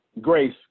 Grace